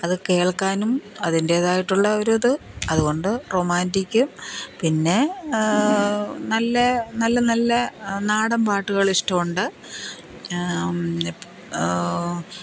അത് കേൾക്കാനും അതിൻറേതായിട്ടുള്ള ഒരിത് അതുകൊണ്ട് റൊമാൻറിക്കും പിന്നെ നല്ല നല്ല നല്ല നാടൻ പാട്ടുകൾ ഇഷ്ടമുണ്ട്